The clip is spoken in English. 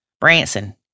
Branson